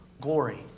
glory